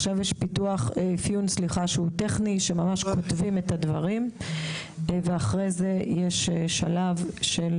עכשיו יש אפיון טכני, ואחר כך יש שלב של